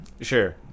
Sure